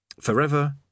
Forever